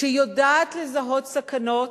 שיודעת לזהות סכנות,